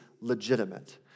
legitimate